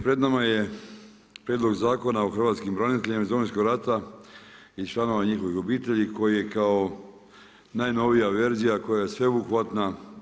Pred nama je Prijedlog zakona o hrvatskim braniteljima iz Domovinskog rata i članova njihovih obitelji koji je kao najnovija verzija koja je sveobuhvatna.